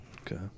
Okay